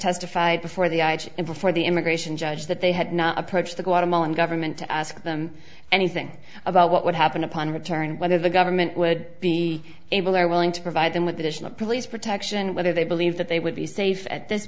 testified before the i g and before the immigration judge that they had not approached the guatemalan government to ask them anything about what would happen upon return whether the government would be able or willing to provide them with additional police protection whether they believe that they would be safe at this